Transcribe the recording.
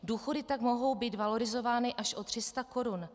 Důchody tak mohou být valorizovány až o 300 korun.